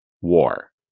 war